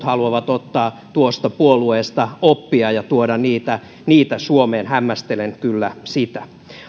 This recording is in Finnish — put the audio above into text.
haluavat ottaa tuosta puolueesta oppia ja tuoda niitä niitä suomeen hämmästelen kyllä sitä